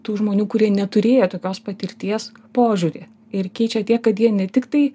tų žmonių kurie neturėję tokios patirties požiūrį ir keičia tiek kad jie ne tiktai